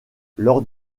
lors